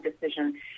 decision